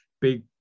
Big